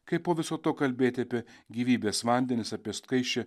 kaip po viso to kalbėti apie gyvybės vandenis apie skaisčią